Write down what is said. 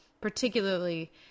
particularly